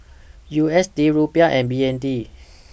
U S D Rupiah and B N D